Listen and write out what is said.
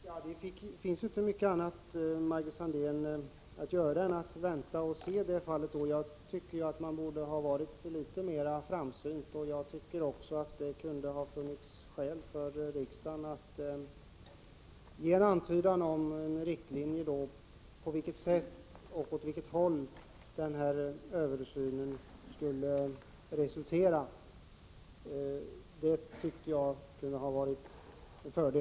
Herr talman! Ja, Margit Sandéhn, det finns ju inte mycket annat att göra än att vänta och se. Men jag tycker att man borde ha varit litet mera framsynt. Det kunde ha funnits skäl för riksdagen att ge en antydan om riktlinjer för vad översynen skulle resultera i och på vilket sätt den skulle genomföras.